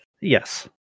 Yes